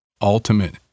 Ultimate